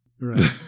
Right